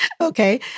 Okay